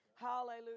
Hallelujah